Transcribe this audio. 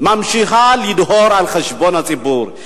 ממשיכה לדהור על חשבון הציבור.